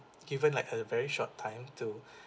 given like a very short time to